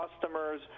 customers